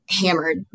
hammered